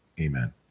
Amen